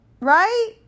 right